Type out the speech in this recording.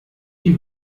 die